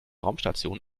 raumstation